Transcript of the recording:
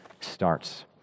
starts